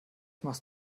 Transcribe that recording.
machst